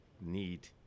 need